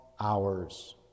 hours